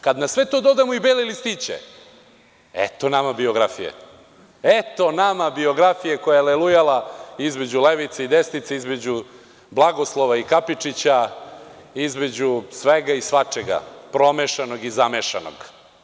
Kada na sve to dodamo bele listiće, eto nama biografije koja je lelujala između levice i desnice, između blagoslova i Kapičića, između svega i svačega, promešanog i zamešanog.